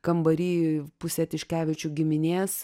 kambary pusė tiškevičių giminės